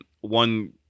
one